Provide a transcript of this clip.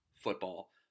football